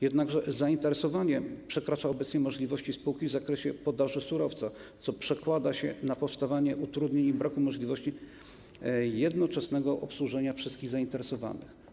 Jednakże zainteresowanie przekracza obecnie możliwości spółki w zakresie podaży surowca, co przekłada się na powstawanie utrudnień i brak możliwości jednoczesnego obsłużenia wszystkich zainteresowanych.